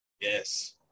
Yes